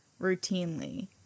routinely